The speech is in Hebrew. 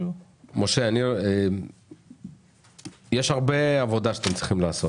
יש הרבה מאוד עבודה שאתם צריכים לעשות.